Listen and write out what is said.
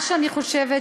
מה שאני חושבת,